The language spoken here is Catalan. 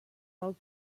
del